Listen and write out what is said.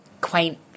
quaint